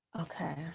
okay